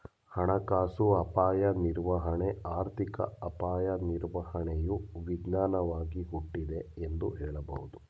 ಹಣಕಾಸು ಅಪಾಯ ನಿರ್ವಹಣೆ ಆರ್ಥಿಕ ಅಪಾಯ ನಿರ್ವಹಣೆಯು ವಿಜ್ಞಾನವಾಗಿ ಹುಟ್ಟಿದೆ ಎಂದು ಹೇಳಬಹುದು